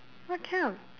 what kind of